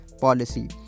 policy